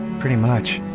pretty much.